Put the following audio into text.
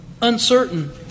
Uncertain